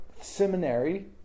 seminary